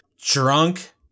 drunk